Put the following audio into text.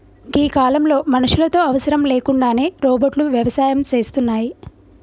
గీ కాలంలో మనుషులతో అవసరం లేకుండానే రోబోట్లు వ్యవసాయం సేస్తున్నాయి